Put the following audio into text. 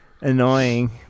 annoying